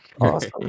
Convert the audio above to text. Awesome